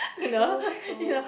true true